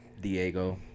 Diego